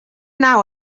now